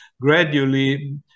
gradually